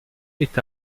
est